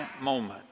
moment